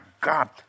God